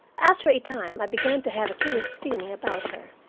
after a time i began to have a curious feeling about her.